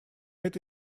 это